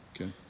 okay